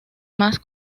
más